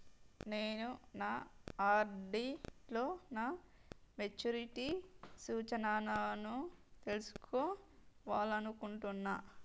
నేను నా ఆర్.డి లో నా మెచ్యూరిటీ సూచనలను తెలుసుకోవాలనుకుంటున్నా